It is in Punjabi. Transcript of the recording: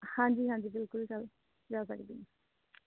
ਹਾਂਜੀ ਹਾਂਜੀ ਬਿਲਕੁਲ ਜਾ ਜਾ ਸਕਦੇ